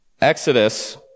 Exodus